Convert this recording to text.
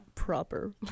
Proper